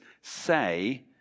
say